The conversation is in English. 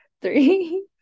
three